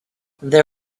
they